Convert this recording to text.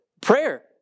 Prayer